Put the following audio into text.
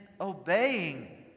obeying